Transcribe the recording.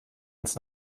ins